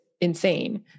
insane